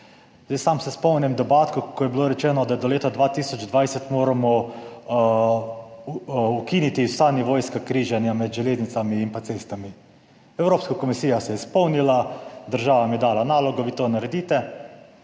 Sam se spomnim debat, ko je bilo rečeno, da moramo do leta 2020 ukiniti vsa nivojska križanja med železnicami in cestami. Evropska komisija se je spomnila, država jim je dala nalogo, vi to naredite,